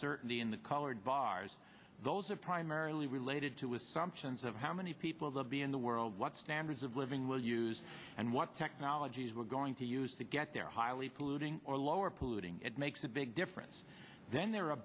certainly in the colored bars those are primarily related to assumptions of how many peoples of the in the world what standards of living will use and what technologies we're going to use to get there highly polluting or lower polluting it makes a big difference then there are